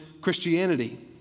Christianity